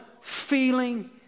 feeling